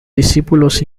discípulos